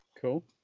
cool